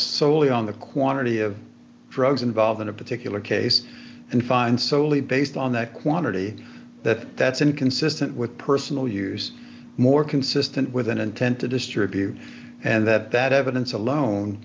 solely on the quantity of drugs involved in a particular case and find solely based on the quantity that that's inconsistent with personal use more consistent with an intent to distribute and that that evidence alone